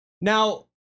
Now